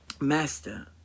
Master